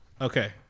Okay